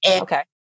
Okay